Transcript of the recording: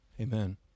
Amen